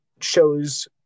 shows